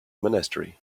monastery